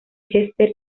chester